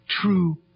true